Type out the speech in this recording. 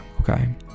okay